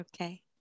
okay